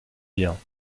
biens